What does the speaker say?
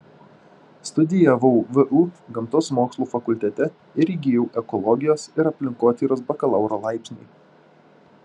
studijavau vu gamtos mokslų fakultete ir įgijau ekologijos ir aplinkotyros bakalauro laipsnį